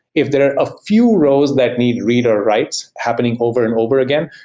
if there are a few rows that need read or writes happening over and over again,